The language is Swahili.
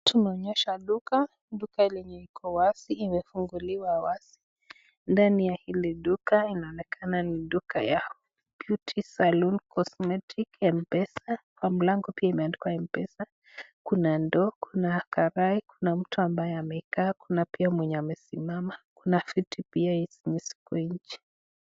Tumeonyeshwa duka, duka lenye iko wazi imefungukiwa wazi, ndani ya hili duka inaonekana ni duka ya beauty salon, cosmetic mpesa, kwa mlango pia imeandikwa mpesa, kuna ndoo kuna karai, kuna mtu ambaye amekaa, kuna pia mwenye amesimama, kuna viti pia zenye ziko nje.